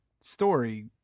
story